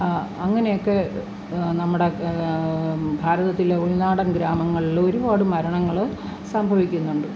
അങ്ങനെയൊക്കെ നമ്മുടെ ഭാരതത്തിൽ ഉൾനാടൻ ഗ്രാമങ്ങളിൽ ഒരുപാട് മരണങ്ങൾ സംഭവിക്കുന്നുണ്ട്